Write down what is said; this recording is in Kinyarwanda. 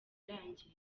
irangiye